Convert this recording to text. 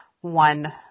one